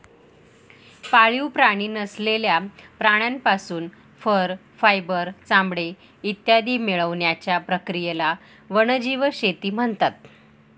पाळीव प्राणी नसलेल्या प्राण्यांपासून फर, फायबर, चामडे इत्यादी मिळवण्याच्या प्रक्रियेला वन्यजीव शेती म्हणतात